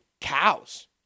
cows